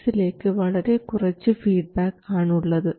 സോഴ്സിലേക്ക് വളരെ കുറച്ച് ഫീഡ്ബാക്ക് ആണുള്ളത്